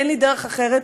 אין לי דרך אחרת,